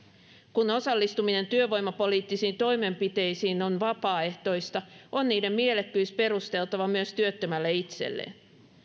kun osallistuminen työvoimapoliittisiin toimenpiteisiin on vapaaehtoista on niiden mielekkyys perusteltava myös työttömälle itselleen